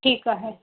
ठीकु आहे